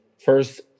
First